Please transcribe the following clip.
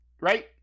right